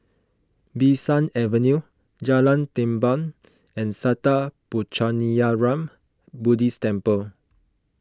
Bee San Avenue Jalan Tamban and Sattha Puchaniyaram Buddhist Temple